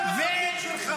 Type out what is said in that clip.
מחבלים ולהכניע.